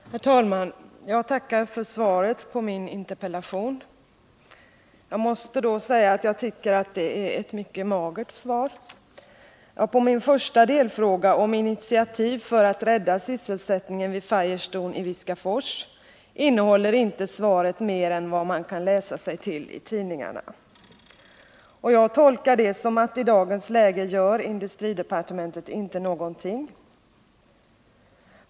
Nr 48 Herr talman! Jag tackar för svaret på min interpellation. Jag måste säga att Måndagen den jag tycker att det är ett mycket magert svar. Ja, på min första delfråga, om 10 december 1979 initiativ för att rädda sysselsättningen vid Firestone i Viskafors, innehåller inte svaret mer än vad man kan läsa sig till i tidningarna. Och jag tolkar det som att i dagens läge gör industridepartementet inte någonting.